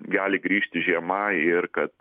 gali grįžti žiema ir kad